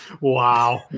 wow